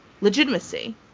legitimacy